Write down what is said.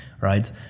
right